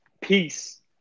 peace